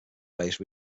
based